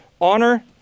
honor